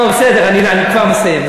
בסדר, אני כבר מסיים.